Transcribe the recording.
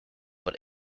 but